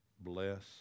bless